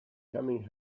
coming